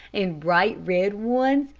and bright red ones,